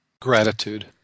Gratitude